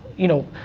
you know,